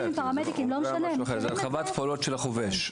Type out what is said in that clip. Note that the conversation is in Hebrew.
הרחבת פעולות החובש.